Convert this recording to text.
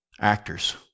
Actors